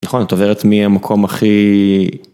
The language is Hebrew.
נכון את עוברת מי המקום הכי.